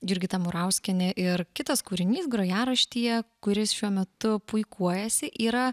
jurgita murauskienė ir kitas kūrinys grojaraštyje kuris šiuo metu puikuojasi yra